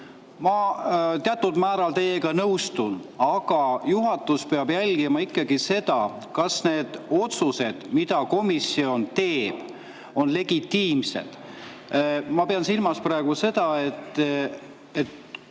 Ma teatud määral teiega nõustun, aga juhatus peab jälgima ikkagi seda, kas need otsused, mida komisjon teeb, on legitiimsed. Ma pean silmas, et